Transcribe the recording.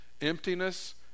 emptiness